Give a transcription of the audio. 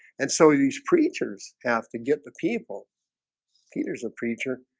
and so these preachers have to get the people peter's a preacher.